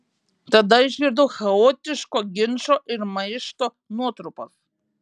tada išgirdau chaotiško ginčo ir maišto nuotrupas